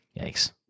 Yikes